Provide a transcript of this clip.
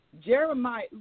Jeremiah